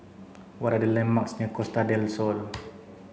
what are the landmarks near Costa Del Sol